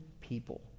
people